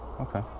Okay